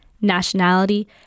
nationality